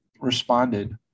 responded